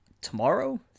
tomorrow